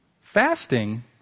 fasting